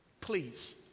Please